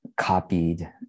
copied